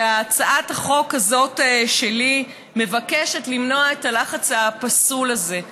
הצעת החוק הזאת שלי מבקשת למנוע את הלחץ הפסול הזה.